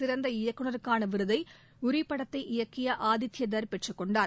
சிறந்த இயக்குநருக்கான விருதை யூரி படத்தை இயக்கிய ஆதித்ய தர் பெற்றுக் கொண்டார்